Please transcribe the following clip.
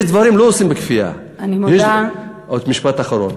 יש דברים שלא עושים בכפייה, אני מודה, משפט אחרון.